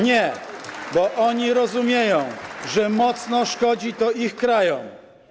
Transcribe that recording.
Nie, bo oni rozumieją, że mocno szkodzi to ich krajom.